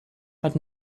but